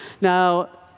Now